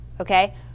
Okay